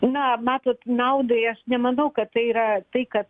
na matot naudai aš nemanau kad tai yra tai kad